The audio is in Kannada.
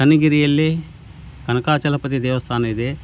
ಕಣ್ಣಿಗಿರಿಯಲ್ಲಿ ಕನಕಾಚಲಪತಿ ದೇವಸ್ಥಾನ ಇದೆ